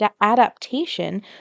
adaptation